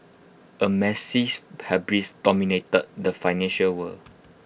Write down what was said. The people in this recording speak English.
A massive hubris dominated the financial world